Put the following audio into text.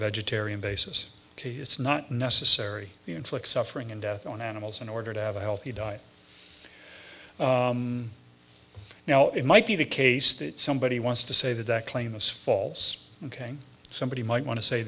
vegetarian basis it's not necessary to inflict suffering and death on animals in order to have a healthy diet now it might be the case that somebody wants to say that that claim is false ok somebody might want to say